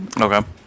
Okay